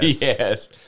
Yes